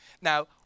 Now